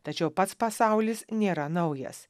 tačiau pats pasaulis nėra naujas